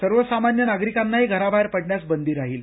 सर्वसामान्य नागरिकांनाही घराबाहेर पडण्यास बंदी राहील